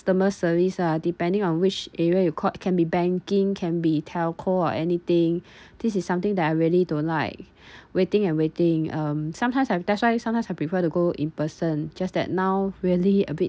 service ah depending on which area you called can be banking can be telco or anything this is something that I really don't like waiting and waiting um sometimes I that's why sometimes I prefer to go in person just that now really a bit